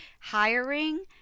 hiring